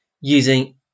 using